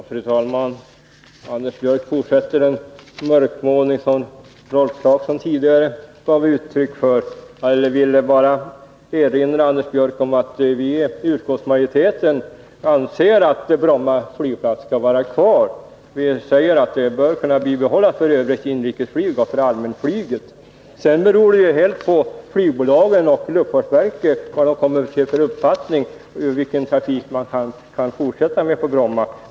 Fru talman! Anders Björck fortsätter den mörkmålning som Rolf Clarkson tidigare presterade. Jag vill bara erinra Anders Björck om att vi i utskottsmajoriteten anser att Bromma flygplats skall vara kvar. Vi säger att den bör kunna bibehållas för övrigt inrikesflyg och för allmänflyget. Sedan beror det helt på vad flygbolagen och luftfartsverket kommer till för uppfattning när det gäller vilken trafik man kan fortsätta med på Bromma.